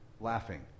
laughing